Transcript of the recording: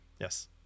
yes